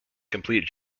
complete